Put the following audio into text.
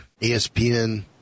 ESPN